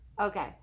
okay